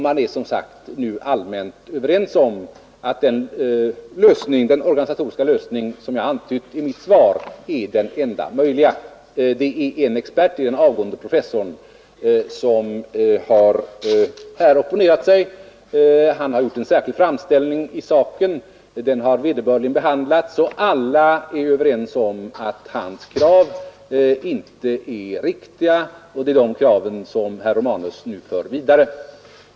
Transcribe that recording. Man är nu, som sagt, allmänt överens om att den organisatoriska lösning som jag antytt i mitt svar är den enda möjliga. En expert, den avgående professorn, har opponerat sig. Han har gjort en särskild framställning i saken. Den har vederbörligen behandlats, men alla är överens om att hans krav inte är riktiga. Det är dessa krav som herr Romanus nu för vidare.